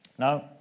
Now